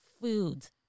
foods